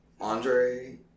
Andre